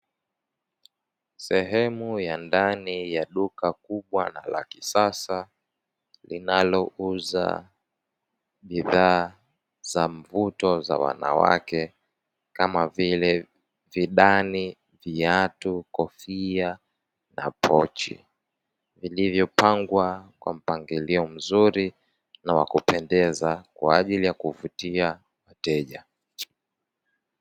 Sehemu ya ndani ya duka kubwa la kisasa linalouza bidhaa za mvuto za wanawake kama vile: vidani, viatu, kofia na pochi; vilivyopangwa kwa mpangilio mzuri na wakupendeza kwaajili ya kuvutia wateja.